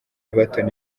everton